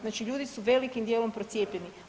Znači ljudi su velikim dijelom procijepljeni.